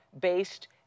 based